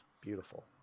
beautiful